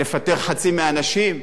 לפטר חצי מהאנשים?